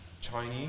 Chinese